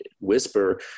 whisper